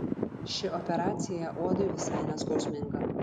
ši operacija uodui visai neskausminga